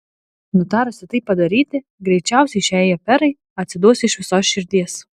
nutarusi tai padaryti greičiausiai šiai aferai atsiduos iš visos širdies